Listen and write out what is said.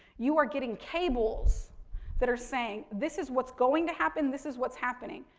you are getting cables that are saying, this is what's going to happen, this is what's happening.